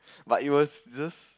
but it was just